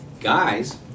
Guys